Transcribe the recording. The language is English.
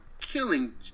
killing